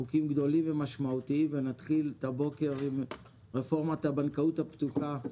חוקים גדולים ומשמעותיים ונתחיל את הבוקר עם רפורמת הבנקאות הפתוחה,